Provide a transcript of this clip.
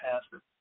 pastor